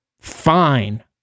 fine